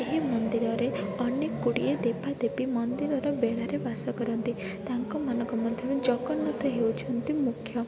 ଏହି ମନ୍ଦିରରେ ଅନେକ ଗୁଡ଼ିଏ ଦେବାଦେଵୀ ମନ୍ଦିରର ବେଢ଼ାରେ ବାସ କରନ୍ତି ତାଙ୍କମାନଙ୍କ ମଧ୍ୟରୁ ଜଗନ୍ନାଥ ହେଉଛନ୍ତି ମୁଖ୍ୟ